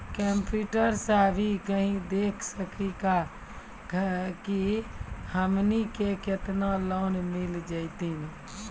Computer सा भी कही देख सकी का की हमनी के केतना लोन मिल जैतिन?